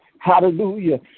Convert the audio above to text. Hallelujah